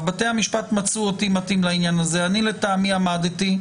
הוא אומר שבתי המשפט מצאו אותו מתאים לעניין הזה ולטעמו הוא עמד בזה.